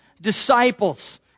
disciples